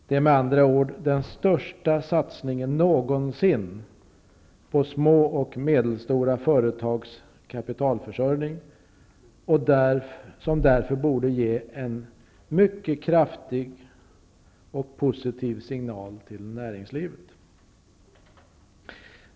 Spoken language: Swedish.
Det är med andra ord den största satsningen någonsin på små och medelstora företags kapitalförsörjning som därför borde ge en mycket kraftig och positiv signal till näringslivet.